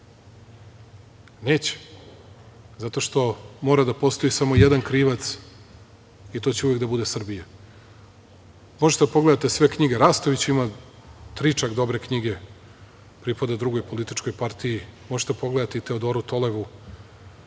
grob? Neće, zato što mora da postoji samo jedan krivac i to će uvek da bude Srbija. Možete da pogledate sve knjige. Rastović ima tri čak dobre knjige, pripada drugoj političkoj partiji. Možete da pogledate i Teodoru Tolevu,